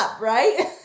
right